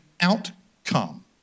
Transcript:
outcome